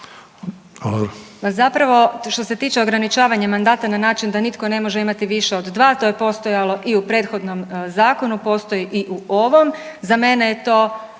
zapravo, što se tiče ograničavanja mandata na način da nitko ne može imati više od 2, to je postojalo i u prethodnom zakonu, postoji i u ovom. Za mene je to